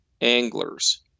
anglers